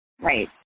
Right